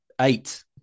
eight